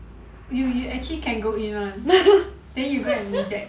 you you actually can go in then you go and reject